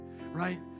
right